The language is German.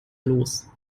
los